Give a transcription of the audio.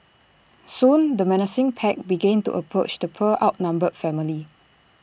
soon the menacing pack began to approach the poor outnumbered family